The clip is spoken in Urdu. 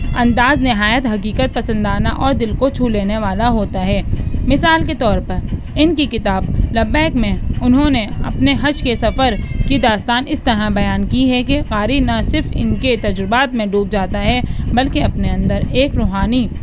انداز نہایت حقیقت پسندانہ اور دل کو چھو لینے والا ہوتا ہے مثال کے طور پر ان کی کتاب لبیک میں انہوں نے اپنے حج کے سفر کی داستان اس طرح بیان کی ہے کہ قاری نہ صرف ان کے تجربات میں ڈوب جاتا ہے بلکہ اپنے اندر ایک روحانی